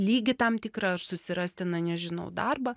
lygį tam tikrą ar susirasti na nežinau darbą